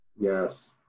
yes